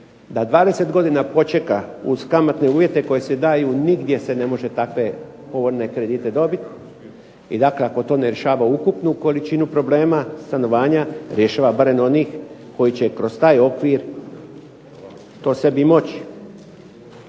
Da 20 godina počeka uz kamatne uvjete koji se daju nigdje se ne može takve povoljne kredite dobiti i dakako to ne rješava ukupnu količinu problema stanovanja, rješava barem onih koji će kroz taj okvir to sebi moći.